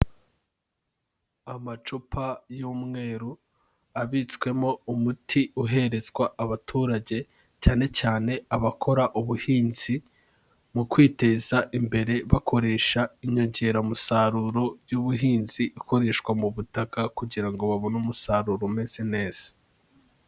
Amacupa y'umweru abitswemo umuti uherezwa abaturage, cyane cyane abakora ubuhinzi, mu kwiteza imbere bakoresha inyongeramusaruro y'ubuhinzi ikoreshwa mu butaka, kugirango babone umusaruro umeze neza.